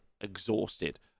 exhausted